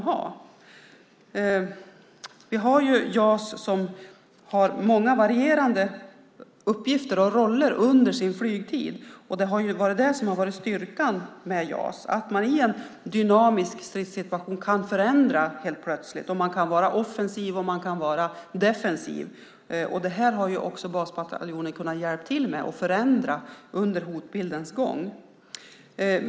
JAS har ju många varierande uppgifter och roller under sin flygtid, vilket varit styrkan med JAS. I en dynamisk stridssituation kan den helt plötsligt förändras och vara antingen offensiv eller defensiv. Det har basbataljonen kunnat hjälpa till med att förändra under hotbildens gång.